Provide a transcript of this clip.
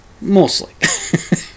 Mostly